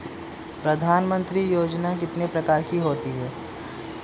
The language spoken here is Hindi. प्रधानमंत्री योजना कितने प्रकार की होती है?